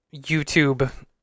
YouTube